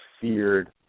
feared